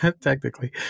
technically